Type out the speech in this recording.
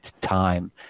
time